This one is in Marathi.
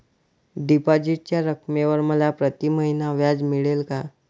डिपॉझिटच्या रकमेवर मला प्रतिमहिना व्याज मिळेल का?